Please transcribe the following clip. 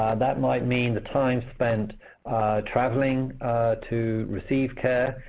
that might mean the time spent traveling to receive care.